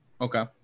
okay